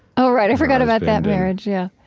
oh, right. i forgot about that marriage, yeah.